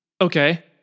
Okay